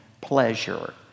pleasure